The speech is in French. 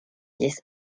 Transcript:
dix